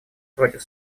против